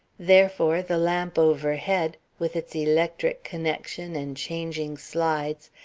therefore, the lamp overhead, with its electric connection and changing slides,